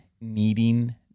needing